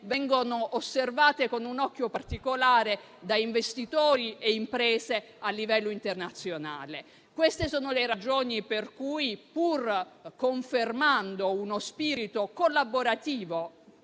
vengono osservate con un occhio particolare da investitori e imprese a livello internazionale. Quelle appena illustrate sono le ragioni per cui, pur confermando uno spirito collaborativo